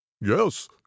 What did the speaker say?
yes